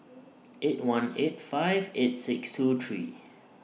eight one eight five eight six two three